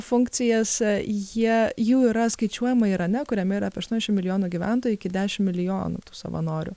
funkcijas jie jų yra skaičiuojama irane kuriame yra apie aštuoniašm milijonų gyventojų iki dešim milijonų tų savanorių